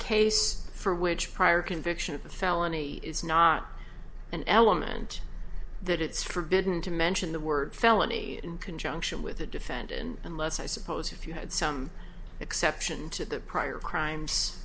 case for which prior conviction of a felony is not an element that it's forbidden to mention the word felony in conjunction with the defendant unless i suppose if you had some exception to the prior crimes